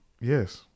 Yes